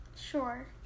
Sure